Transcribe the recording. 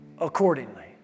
accordingly